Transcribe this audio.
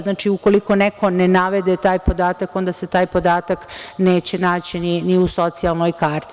Znači, ukoliko neko ne navede taj podatak onda se taj podatak neće naći ni u socijalnoj karti.